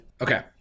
Okay